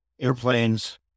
airplanes